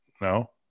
No